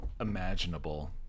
imaginable